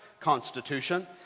constitution